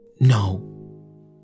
No